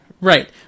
Right